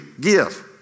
give